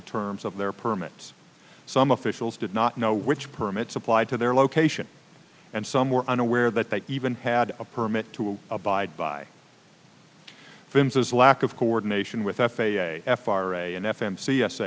the terms of their permits some officials did not know which permits applied to their location and some were unaware that they even had a permit to abide by fences lack of coordination with f a a f r a n f m c s